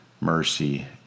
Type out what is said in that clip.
mercy